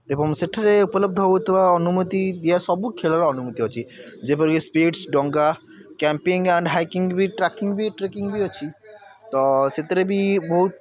ଏବଂ ସେଠିରେ ଉପଲବ୍ଧ ହେଉଥିବା ଅନୁମତି ଦିଆ ସବୁ ଖେଳର ଅନୁମତି ଅଛି ଯେପରିକି ସ୍ପ୍ଲିଟ୍ସ୍ ଡଙ୍ଗା କ୍ୟାମ୍ପିଂ ଆଣ୍ଡ୍ ହାଇକିଙ୍ଗ୍ ବି ଟ୍ରାକିଂ ବି ଟ୍ରେକିଂ ବି ଅଛି ତ ସେଥିରେ ବି ବହୁତ